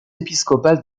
épiscopale